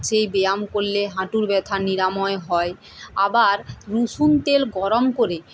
সেই ব্যায়াম করলে হাঁটুর ব্যথা নিরাময় হয় আবার রুসুন তেল গরম করে